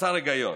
חסר היגיון.